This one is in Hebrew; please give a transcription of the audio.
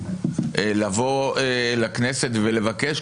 לבוא לכנסת ולבקש,